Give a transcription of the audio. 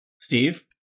Steve